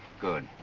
good.